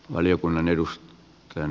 valiokunnan edus ta jan